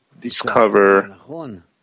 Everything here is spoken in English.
discover